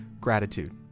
gratitude